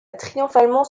triomphalement